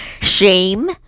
shame